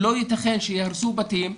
לא ייתכן שיהרסו בתים,